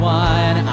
one